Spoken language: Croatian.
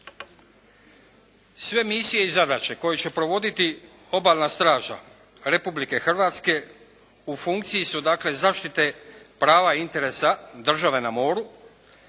Sve misije i zadaće koje je provoditi obalna straža Republike Hrvatske u funkciji su dakle zaštite prava i interesa države na moru,